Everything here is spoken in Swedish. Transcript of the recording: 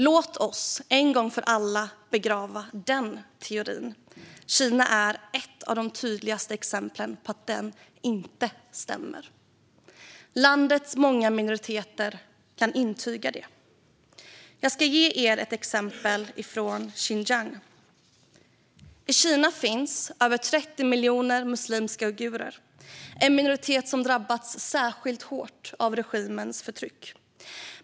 Låt oss en gång för alla begrava den teorin. Kina är ett av de tydligaste exemplen på att den inte stämmer. Landets många minoriteter kan intyga det. Jag ska ge er ett exempel från Xinjiang. I Kina finns över 30 miljoner muslimska uigurer, en minoritet som drabbats särskilt hårt av regimens förtryck.